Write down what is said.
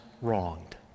wronged